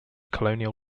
colonial